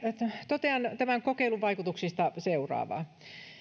totean tämän kokeilun vaikutuksista seuraavaa